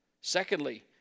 Secondly